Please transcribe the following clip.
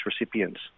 recipients